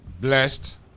Blessed